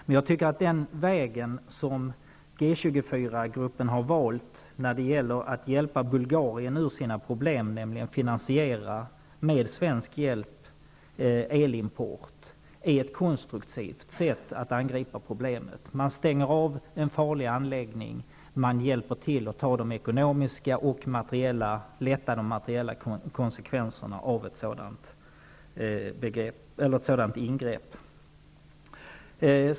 Men jag tycker att den väg som G-24-gruppen har valt för att hjälpa Bulgarien ur sina problem, nämligen att med svensk hjälp finansiera elimport, är ett konstruktivt sätt att angripa problemen. Man stänger av en farlig anläggning och hjälper till och tar de ekonomiska och materiella konsekvenserna av ett sådant ingrepp.